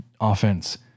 offense